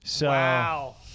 Wow